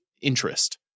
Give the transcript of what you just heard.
interest